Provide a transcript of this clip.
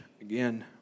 again